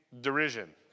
derision